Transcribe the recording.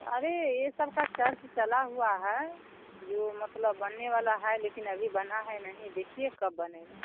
अरे ये सब का चर्च चला हुआ है जो मतलब बनने वाला है लेकिन अभी बना है नहीं देखिए कब बनेगा